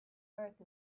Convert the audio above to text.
earth